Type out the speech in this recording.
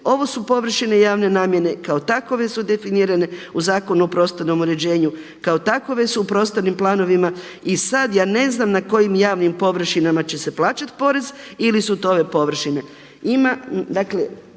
Ovo su površine javne namjene. Kao takove su definirane u Zakonu o prostornom uređenju, kao takove su u prostornim planovima i sad ja ne znam na kojim javnim površinama će se plaćati porez ili su to ove površine.